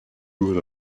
rule